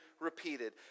repeated